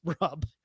rub